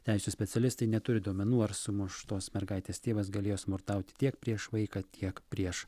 teisių specialistai neturi duomenų ar sumuštos mergaitės tėvas galėjo smurtauti tiek prieš vaiką tiek prieš